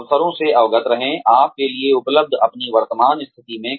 अवसरों से अवगत रहें आप के लिए उपलब्ध अपनी वर्तमान स्थिति में